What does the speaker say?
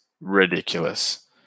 ridiculous